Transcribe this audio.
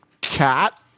cat